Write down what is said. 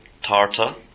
Tarta